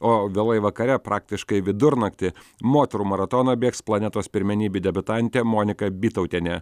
o vėlai vakare praktiškai vidurnaktį moterų maratoną bėgs planetos pirmenybių debiutantė monika bytautienė